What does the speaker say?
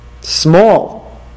small